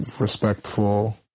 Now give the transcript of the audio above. respectful